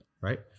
Right